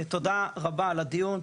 תודה רבה על הדיון,